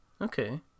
Okay